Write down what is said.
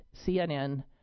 CNN